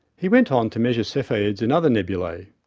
he went on to measure cephids in other nebulae.